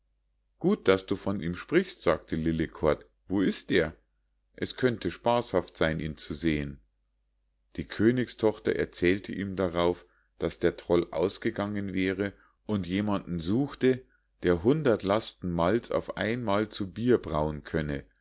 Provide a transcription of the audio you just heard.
gut daß du von ihm sprichst sagte lillekort wo ist er es könnte spaßhaft sein ihn zu sehen die königstochter erzählte ihm darauf daß der troll ausgegangen wäre und jemanden suchte der hundert lasten malz auf einmal zu bier brauen könne